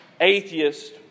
atheist